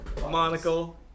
Monocle